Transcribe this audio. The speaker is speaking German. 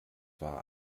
war